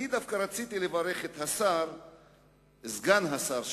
אני דווקא רציתי לברך את סגן השר,